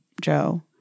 Joe